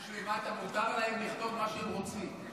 יש למטה, מותר להם לכתוב מה שהם רוצים.